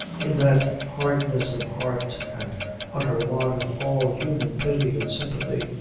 in that hardness of heart and utter want of all human pity and sympathy,